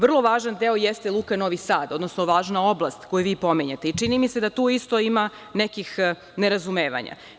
Vrlo važan deo jeste Luka Novi Sad, odnosno važna oblast koju vi pominjete i čini mi se da tu isto ima nekih nerazumevanja.